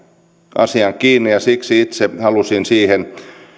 asiaan kiinni siksi itse halusin siihen